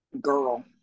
girl